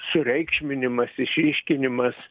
sureikšminimas išryškinimas